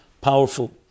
powerful